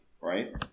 right